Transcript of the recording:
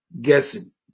guessing